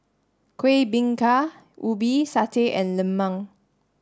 Kuih Bingka Ubi Satay and Lemang